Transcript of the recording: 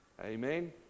Amen